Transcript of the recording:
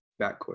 backcourt